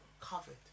covered